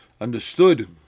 understood